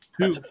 Two